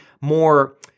more